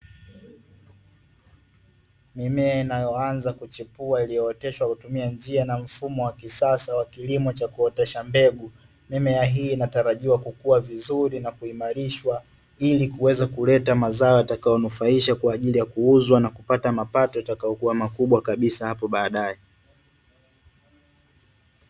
Mimea inayoanza kuchipua iliyooteshwa kwa kutumia njia na mfumo wa kisasa wa kilimo cha kuotesha mbegu, mimea hii inatarajiwa kukuwa vizuri na kuhimarishwa ili kuweza kuleta mazao yatakayo nufaishwa kwa ajili ya kuuzwa na kupata mapato yatakayo kuwa makubwa kabisa hapo baadae.